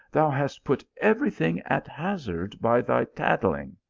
thou hast put every thing at hazard by thy tattling.